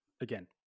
again